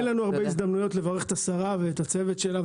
אין לנו הרבה הזדמנויות לברך את השרה ואת הצוות שלה,